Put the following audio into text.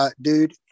Dude